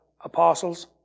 apostles